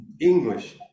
English